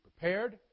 prepared